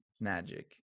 magic